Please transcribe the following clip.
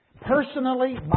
Personally